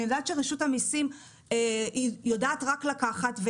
אני יודעת שרשות המיסים יודעת רק לקחת,